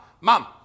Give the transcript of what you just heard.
Mom